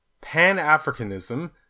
Pan-Africanism